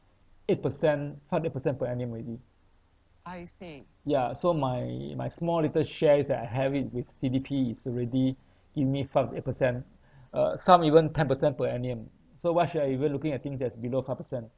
eight percent how many percent per annum already ya so my my small little shares that I have it with C_D_P is already give me firm eight percent uh some even ten percent per annum so why should I even looking at things that's below five percent